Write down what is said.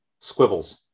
Squibbles